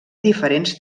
diferents